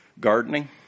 gardening